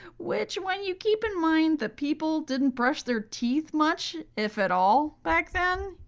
which, when you keep in mind that people didn't brush their teeth much if at all back then,